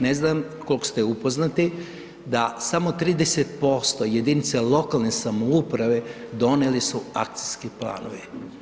Ne znam koliko ste upoznati da samo 30% jedinica lokalne samouprave donijele su akcijske planove.